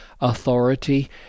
authority